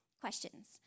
questions